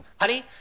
Honey